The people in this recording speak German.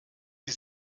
die